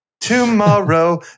tomorrow